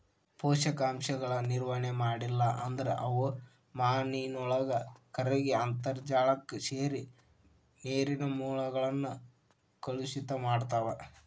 ಪೋಷಕಾಂಶಗಳ ನಿರ್ವಹಣೆ ಮಾಡ್ಲಿಲ್ಲ ಅಂದ್ರ ಅವು ಮಾನಿನೊಳಗ ಕರಗಿ ಅಂತರ್ಜಾಲಕ್ಕ ಸೇರಿ ನೇರಿನ ಮೂಲಗಳನ್ನ ಕಲುಷಿತ ಮಾಡ್ತಾವ